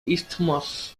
isthmus